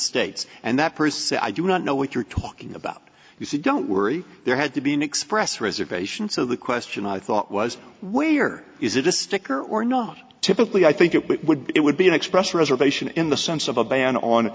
states and that person i do not know what you're talking about you see don't worry there had to be an express reservation so the question i thought was where is it a sticker or not typically i think it would be it would be an expression reservation in the sense of a ban on